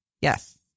Yes